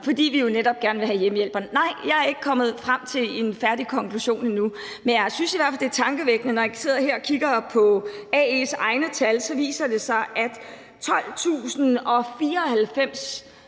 fordi vi jo netop gerne vil have hjemmehjælpere. Nej, jeg er ikke kommet frem til en særlig konklusion endnu, men jeg synes i hvert fald, at det er tankevækkende. For når jeg sidder her og kigger på AE's egne tal, viser det sig, at 12.094